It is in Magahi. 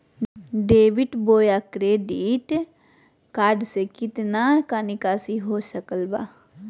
डेबिट बोया क्रेडिट कार्ड से कितना का निकासी हो सकल बा?